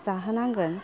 जाहोनांगोन